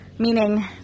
Meaning